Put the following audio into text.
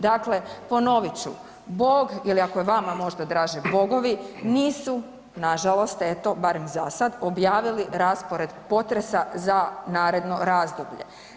Dakle, ponovit ću, Bog ili ako je vama možda draže bogovi nisu nažalost eto barem za sad objavili raspored potresa za naredno razdoblje.